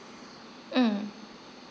mm